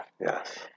Yes